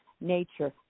nature